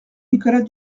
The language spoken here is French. nicolas